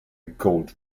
gold